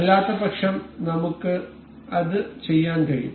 അല്ലാത്തപക്ഷം നമുക്ക് അത് ചെയ്യാൻ കഴിയും